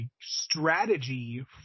strategy